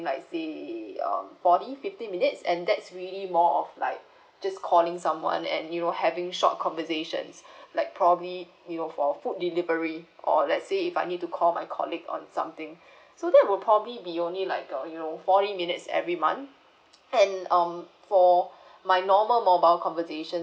like say um forty fifty minutes and that's really more of like just calling someone and you know having short conversations like probably you know for food delivery or let's say if I need to call my colleague on something so that would probably be only like a you know forty minutes every month and um for my normal mobile conversation